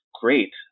great